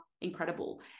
incredible